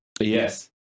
Yes